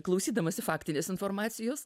klausydamasi faktinės informacijos